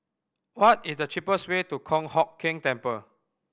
what is the cheapest way to Kong Hock Keng Temple